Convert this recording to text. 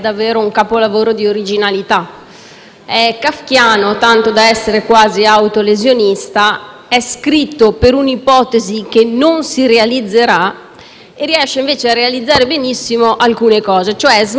È kafkiano tanto da essere quasi autolesionista: è scritto per un'ipotesi che non si realizzerà e riesce invece a realizzare benissimo alcune cose, cioè smascherare e rendere